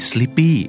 Sleepy